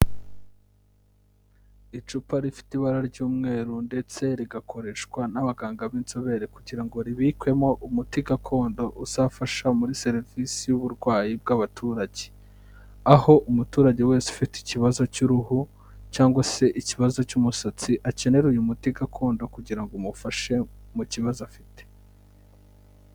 Icupa rifite ibara ry'umweru ndetse rigakoreshwa n'abaganga b'inzobere kugira ngo ribikwemo umuti gakondo uzafasha muri serivisi y'uburwayi bw'abaturage. Aho umuturage wese ufite ikibazo cy'uruhu cyangwa se ikibazo cy'umusatsi, akenera uyu muti gakondo kugira ngo umufashe mu kibazo afite.